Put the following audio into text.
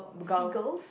seagulls